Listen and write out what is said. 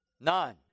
None